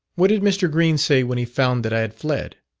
what did mr. green say when he found that i had fled?